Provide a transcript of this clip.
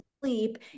sleep